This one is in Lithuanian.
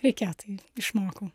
reikėjo tai išmokau